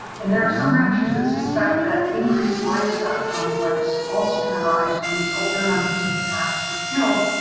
and there are some ranches that suspect that increased livestock conflicts also can arise when these older members of the packs were killed.